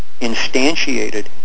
instantiated